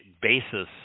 basis